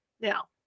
Now